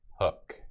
Hook